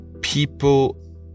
people